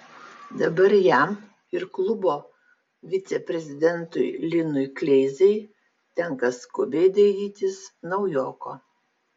dabar jam ir klubo viceprezidentui linui kleizai tenka skubiai dairytis naujoko